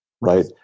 right